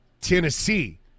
Tennessee